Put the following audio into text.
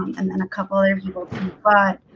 and then a couple of people but